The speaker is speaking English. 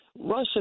Russia